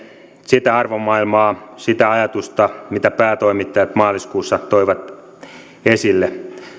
sitä arvomaailmaa sitä ajatusta mitä päätoimittajat maaliskuussa toivat esille